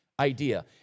idea